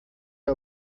dir